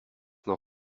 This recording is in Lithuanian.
nuo